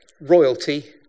royalty